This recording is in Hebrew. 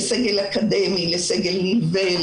לסגל אקדמי ולסגל נלווה.